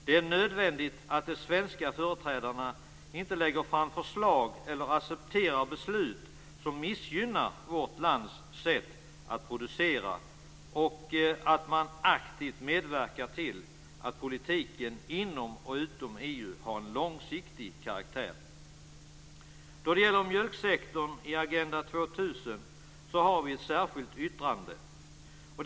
Det är nödvändigt att de svenska företrädarna inte lägger fram förslag eller accepterar beslut som missgynnar vårt lands sätt att producera och att de aktivt medverkar till att politiken inom och utom EU har en långsiktig karaktär. Vi har ett särskilt yttrande som gäller mjölksektorn i Agenda 2000.